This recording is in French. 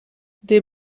des